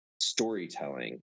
storytelling